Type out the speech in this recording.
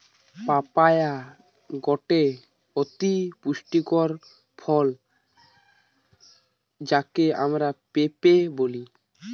papaya গটে অতি পুষ্টিকর ফল যাকে আমরা পেঁপে বলি